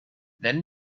then